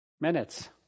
Minutes